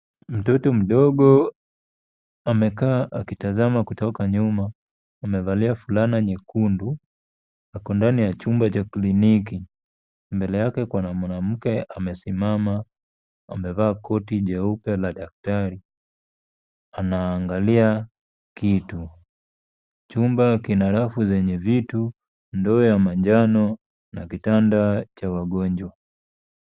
Mtoto mdogo amekaa akitazama kutoka nyuma. Amevalia fulana nyekundu, ako ndani ya chumba cha kliniki. Mbele yake kuna mwanamke amesimama, amevaa koti njeupe la daktari anaangalia kitu. Chumba kina rafu zenye vitu, ndoo ya manjano na kitanda cha wagonjwa.